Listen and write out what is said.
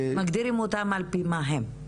מגדירים אותם על פי מה הם.